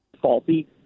faulty